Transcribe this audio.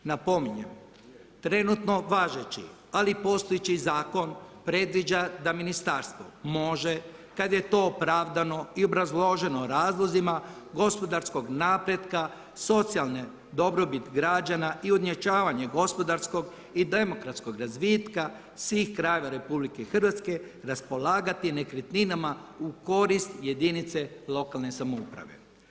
Napominjem, trenutno važeći ali postojeći zakon predviđa da ministarstvo može kad je to opravdano i obrazloženo razlozima gospodarskog napretka, socijalne dobrobiti građana i ujednačavanja gospodarskog i demokratskog razvitka svih krajeva RH raspolagati nekretninama u korist jedinice lokalne samouprave.